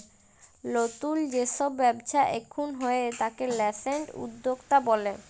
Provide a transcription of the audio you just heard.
লতুল যে সব ব্যবচ্ছা এখুন হয়ে তাকে ন্যাসেন্ট উদ্যক্তা ব্যলে